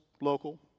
local